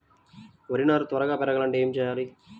వరి నారు త్వరగా పెరగాలంటే ఏమి చెయ్యాలి?